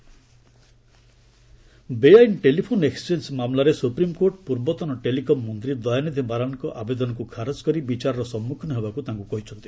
supreme court Maran ବେଆଇନ telephone exchange ମାମଲାରେ supreme court ପୂର୍ବତନ ଟେଲିକମ୍ ମନ୍ତ୍ରୀ ଦୟାନିଧି ମାରାନ୍ଙ୍କ ଆବେଦନକୁ ଖାରଜ କରି ବିଚାରର ସମ୍ମୁଖୀନ ହେବାକୁ ତାଙ୍କୁ କହିଛନ୍ତି